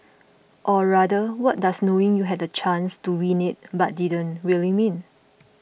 or rather what does knowing you had the chance to win it but didn't really mean